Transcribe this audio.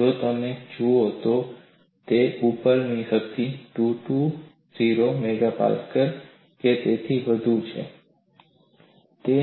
જો તમે જુઓ તો તેની ઉપજ શક્તિ 220 MPa કે તેથી વધુ છે તે